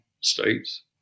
states